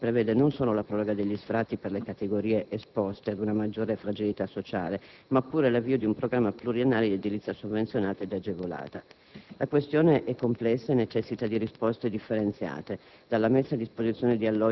Infatti, nel provvedimento si prevede non solo la proroga degli sfratti per le categorie esposte ad una maggiore fragilità sociale, ma pure l'avvio di un programma pluriennale di edilizia sovvenzionata ed agevolata. La questione è complessa e necessita di risposte differenziate: